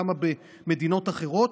כמה במדינות אחרות,